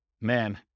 man